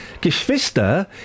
Geschwister